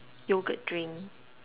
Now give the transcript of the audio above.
yogurt drink